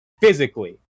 physically